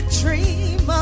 dream